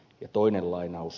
ja toinen lainaus